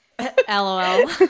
LOL